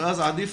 אז עדיף